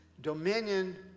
dominion